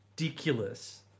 ridiculous